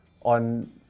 on